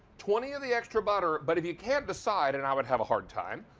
twenty of the extra butter but if you can't decide and i would have a hard time,